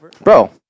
bro